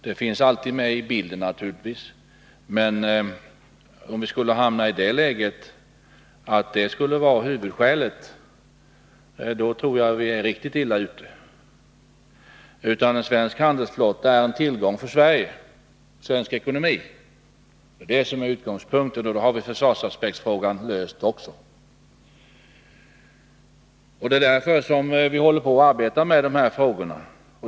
Den finns naturligtvis alltid med i bilden, men om vi skulle hamna i det läget att den skulle vara huvudskälet tror jag att vi är riktigt illa ute. En svensk handelsflotta är en tillgång för svensk ekonomi — det är utgångspunkten. Då är försvarsaspektsfrågan också löst. Det är därför vi arbetar med dessa frågor.